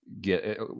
get